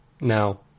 Now